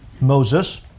Moses